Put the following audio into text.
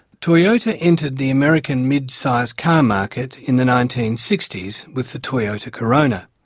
toyota entered the american mid-size car market in the nineteen sixty s with the toyota corona.